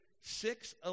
Six